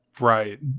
right